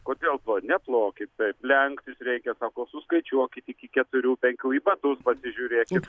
kodėl plojat neplokit taip lenktis reikia sako suskaičiuokit iki keturių penkių į batus pasižiūrėkit